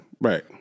Right